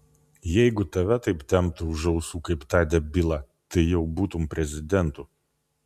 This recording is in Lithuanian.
jeigu tave taip temptų už ausų kaip tą debilą tai jau būtum prezidentu